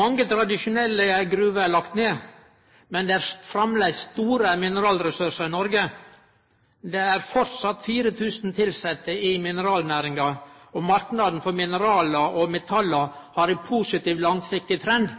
Mange tradisjonelle gruver er lagde ned, men det er framleis store mineralressursar i Noreg. Det er framleis 4 000 tilsette i mineralnæringa, og marknaden for mineral og metall har ein positiv langsikt trend.